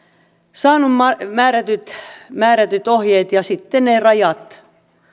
saanut määrätyt määrätyt ohjeet ja sitten ne rajat